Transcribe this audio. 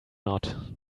nod